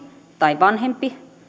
tai vanhempi